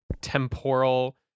temporal